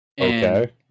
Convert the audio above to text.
Okay